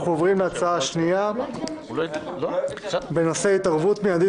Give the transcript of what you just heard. אנחנו עוברים להצעה השנייה בנושא: "התערבות מיידית